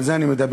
על זה אני מדבר.